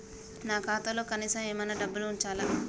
నా ఖాతాలో కనీసం ఏమన్నా డబ్బులు ఉంచాలా?